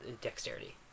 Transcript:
Dexterity